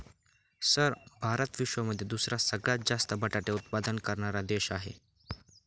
sir Bharat विश्वामध्ये दुसरा सगळ्यात जास्त बटाटे उत्पादन करणारा देश आहे